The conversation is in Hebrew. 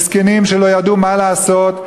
מסכנים שלא ידעו מה לעשות,